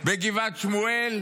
בגבעת שמואל,